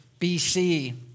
BC